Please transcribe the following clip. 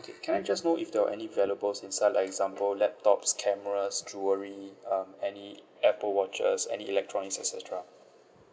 okay can I just know if there were any valuables inside like example laptops cameras jewellery um any apple watches any electronics et cetera